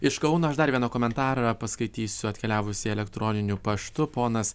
iš kauno aš dar vieną komentarą paskaitysiu atkeliavusį elektroniniu paštu ponas